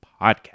Podcast